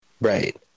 Right